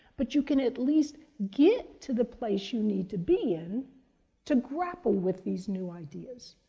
but you can, at least, get to the place you need to be in to grapple with these new ideas.